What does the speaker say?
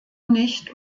nicht